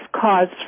caused